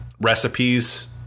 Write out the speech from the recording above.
recipes